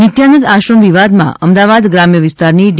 નિત્યાનંદ આશ્રમ વિવાદમાં અમદાવાદ ગ્રામ્ય વિસ્તારની ડી